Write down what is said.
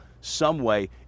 someway